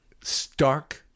stark